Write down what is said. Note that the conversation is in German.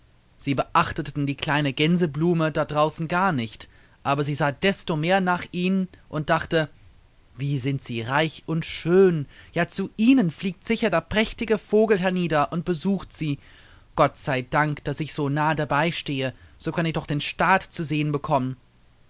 sie beachteten die kleine gänseblume da draußen gar nicht aber sie sah desto mehr nach ihnen und dachte wie sind sie reich und schön ja zu ihnen fliegt sicher der prächtige vogel hernieder und besucht sie gott sei dank daß ich so nahe dabei stehe so kann ich doch den staat zu sehen bekommen